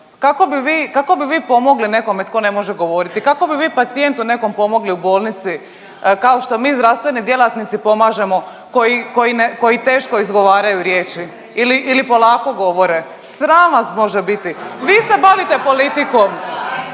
kako bi vi pomogli nekome tko ne može govoriti? Kako bi vi pacijentu nekom pomogli u bolnici kao što mi zdravstveni djelatnici pomažemo koji teško izgovaraju riječi ili polako govore? Sram vas može biti. Vi se bavite politikom,